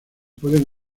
pueden